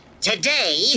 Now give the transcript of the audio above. Today